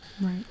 Right